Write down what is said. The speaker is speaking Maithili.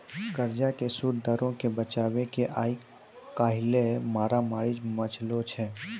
कर्जा के सूद दरो के बचाबै के आइ काल्हि मारामारी मचलो छै